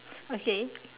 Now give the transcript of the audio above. okay